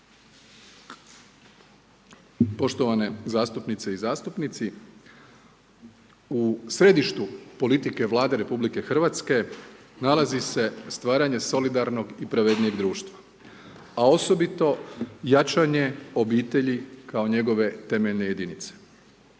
Poštovane zastupnice i zastupnici, u središtu politike Vlade RH nalazi se stvaranje solidarnog i pravednijeg društva, a osobito jačanje obitelji kao njegove temeljne jedinice.